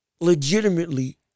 legitimately